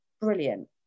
brilliant